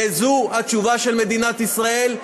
וזו התשובה של מדינת ישראל.